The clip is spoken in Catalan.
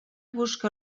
busca